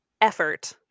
effort